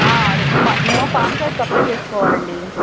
అదే మేము పాన్ కార్డ్కి అప్లయ్ చేసుకోవాలండి